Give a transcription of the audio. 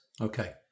Okay